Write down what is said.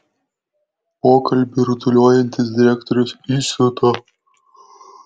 pokalbiui rutuliojantis direktorius įsiuto